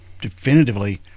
definitively